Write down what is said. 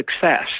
success